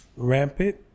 Rampant